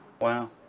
Wow